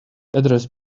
address